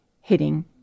hitting